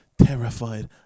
terrified